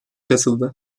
katıldı